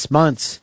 months